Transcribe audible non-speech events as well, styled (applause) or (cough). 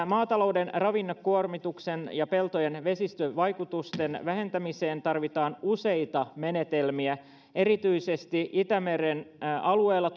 (unintelligible) maatalouden ravinnekuormituksen ja peltojen vesistövaikutusten vähentämiseen tarvitaan useita menetelmiä erityisesti itämeren alueella (unintelligible)